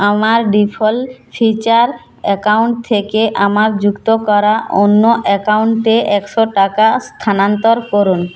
আমার default feature account থেকে আমার যুক্ত করা অন্য অ্যাকাউন্টে একশো টাকা স্থানান্তর করুন